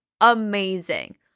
amazing